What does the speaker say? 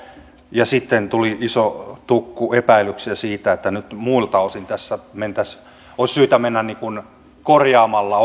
ja sitten tuli iso tukku epäilyksiä siitä että nyt muilta osin tässä olisi syytä mennä korjaamalla